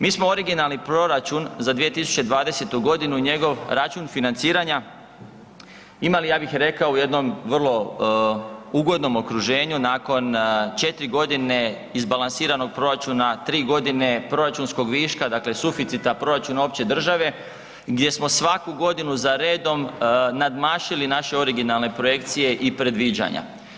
Mi smo originalni proračun za 2020. g. i njegov račun financiranja imali, ja bih rekao u jednom, vrlo ugodnom okruženju nakon 4 godine izbalansiranog proračuna, 3 godine proračunskog viška, dakle, suficita, proračuna opće države, gdje smo svaku godinu za redom nadmašili naše originalne projekcije i predviđanja.